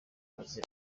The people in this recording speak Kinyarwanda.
maze